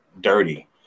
dirty